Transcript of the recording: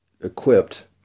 equipped